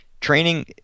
Training